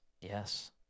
Yes